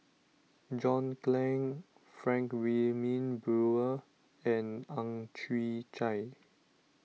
John Clang Frank Wilmin Brewer and Ang Chwee Chai